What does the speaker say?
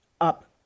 up